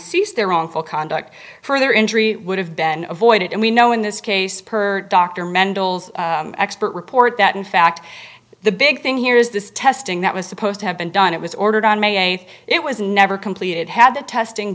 seized their own full conduct for their injury would have been avoided and we know in this case per dr mendel's expert report that in fact the big thing here is this testing that was supposed to have been done it was ordered on may eighth it was never completed had the testing